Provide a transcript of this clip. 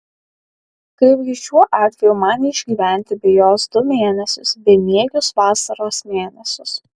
kaipgi šiuo atveju man išgyventi be jos du mėnesius bemiegius vasaros mėnesius